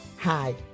Hi